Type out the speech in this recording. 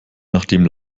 nachdem